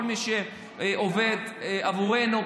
כל מי שעובד בעבורנו,